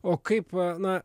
o kaip na